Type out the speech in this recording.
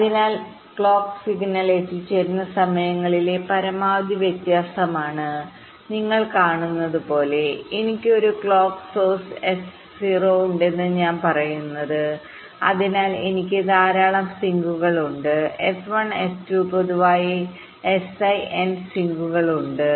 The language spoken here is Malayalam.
അതിനാൽ ക്ലോക്ക് സിഗ്നൽ എത്തിച്ചേരുന്ന സമയങ്ങളിലെ പരമാവധി വ്യത്യാസമാണ് നിങ്ങൾ കാണുന്നത് പോലെ എനിക്ക് ഒരു ക്ലോക്ക് സോഴ്സ് എസ് 0 ഉണ്ടെന്ന് ഞാൻ പറയുന്നത് അതിനാൽ എനിക്ക് ധാരാളം സിങ്കുകൾ ഉണ്ട് S1 S2 പൊതുവായി Si n സിങ്കുകൾ ഉണ്ട്